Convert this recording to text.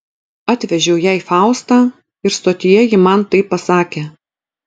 atvežiau jai faustą ir stotyje ji man tai pasakė